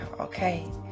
okay